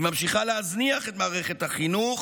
היא ממשיכה להזניח את מערכת החינוך